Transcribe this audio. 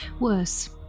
Worse